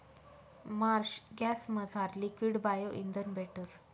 Marsh गॅसमझार liquid bio इंधन भेटस